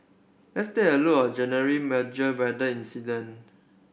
let's take a look at January major weather incident